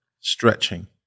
stretching